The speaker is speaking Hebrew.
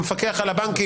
המפקח על הבנקים,